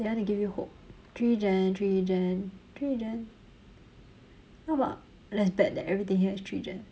they want to give you hope three gen three gen three gen how about let's bet that everything here is three gen